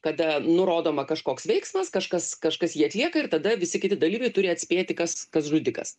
kada nurodoma kažkoks veiksmas kažkas kažkas jį atlieka ir tada visi kiti dalyviai turi atspėti kas kas žudikas